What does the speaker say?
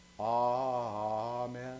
Amen